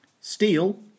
Steel